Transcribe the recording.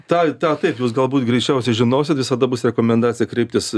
tą tą taip jūs galbūt greičiausiai žinosit visada bus rekomendacija kreiptis